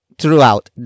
throughout